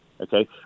okay